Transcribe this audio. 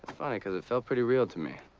funny cause it felt pretty real to me.